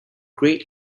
great